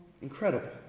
Incredible